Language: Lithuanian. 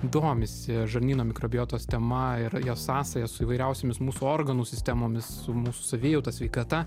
domisi žarnyno mikrobiotos tema ir jos sąsaja su įvairiausiomis mūsų organų sistemomis su mūsų savijauta sveikata